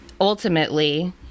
ultimately